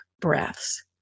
breaths